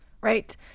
Right